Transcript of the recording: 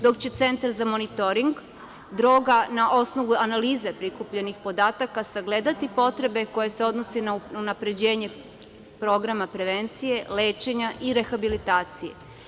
Dok će centar za monitoring droga, na osnovu analize prikupljenih podataka, sagledati potrebe koje se odnose na unapređenje programa prevencije, lečenja i rehabilitacije.